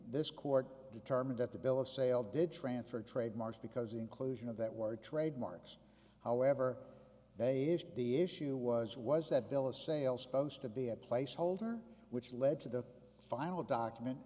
this court determined that the bill of sale did transfer trademarks because the inclusion of that word trademarks however they the issue was was that bill of sale supposed to be a placeholder which led to the final document